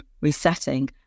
resetting